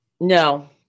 No